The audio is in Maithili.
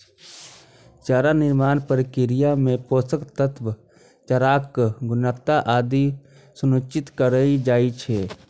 चारा निर्माण प्रक्रिया मे पोषक तत्व, चाराक गुणवत्ता आदि सुनिश्चित कैल जाइ छै